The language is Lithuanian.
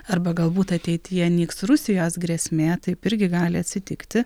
arba galbūt ateityje nyks rusijos grėsmė taip irgi gali atsitikti